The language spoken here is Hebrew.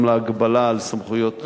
גם להגבלה על סמכויות שר הפנים.